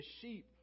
sheep